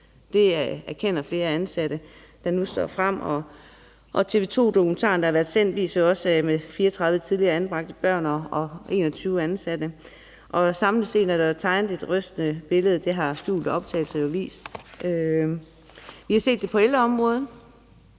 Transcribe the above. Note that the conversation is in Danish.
Det erkender flere ansatte, der nu står frem, og i TV 2-dokumentaren vises 34 tidligere anbragte børn og 21 ansatte, og samlet set er der tegnet et rystende billede. Det har skjulte optagelser jo vist. Vi har set det på ældreområdet,